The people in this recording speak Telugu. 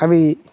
అవి